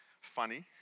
funny